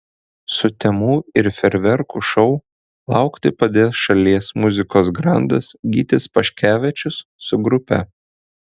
sutemų ir fejerverkų šou laukti padės šalies muzikos grandas gytis paškevičius su grupe